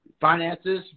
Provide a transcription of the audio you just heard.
finances